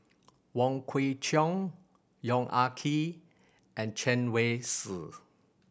Wong Kwei Cheong Yong Ah Kee and Chen Wen Hsi